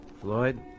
Floyd